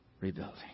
rebuilding